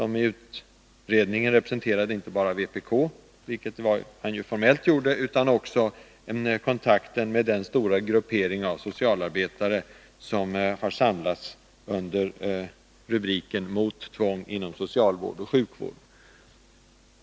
I utredningen representerade Kurt Sjöström inte bara vpk, vilket han formellt gör, utan han utgjorde också kontakten med den stora gruppering av socialarbetare som har samlats under rubriken Mot tvång inom socialvård och sjukvård.